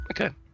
Okay